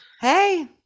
hey